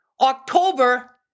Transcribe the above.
October